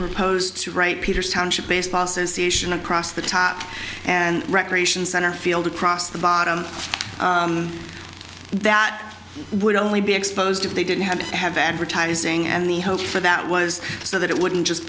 proposed to write peter's township baseball says station across the top and recreation center field across the bottom that would only be exposed if they didn't have to have advertising and the hope for that was so that it wouldn't just